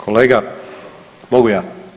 Kolega, mogu ja?